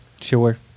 Sure